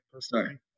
sorry